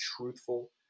truthful